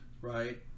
right